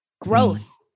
growth